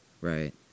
Right